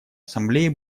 ассамблее